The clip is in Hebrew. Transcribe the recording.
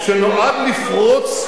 שנועד לפרוץ,